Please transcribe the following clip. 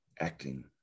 acting